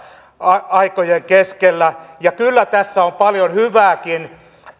aikojen keskellä kyllä tässä hallitusohjelmassa on paljon hyvääkin